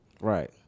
Right